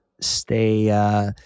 stay